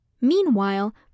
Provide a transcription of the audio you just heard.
Meanwhile